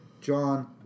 John